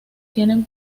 tienen